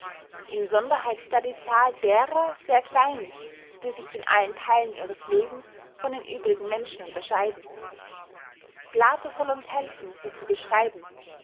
insonderheit da die zahl derer sehr klein ist die sich in allen theilen ihres lebens von den übrigen menschen unterscheiden plato soll uns helfen sie zu beschreiben